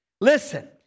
Listen